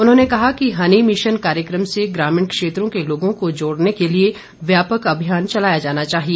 उन्होंने कहा कि हनी मिशन कार्यकम से ग्रामीण क्षेत्रों के लोगों को जोड़ने के लिए व्यापक अभियान चलाया जाना चाहिए